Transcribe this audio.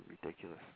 ridiculous